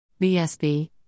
BSB